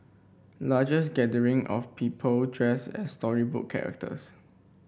largest gathering of people dressed as storybook characters